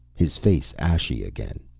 his face ashy again.